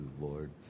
Lord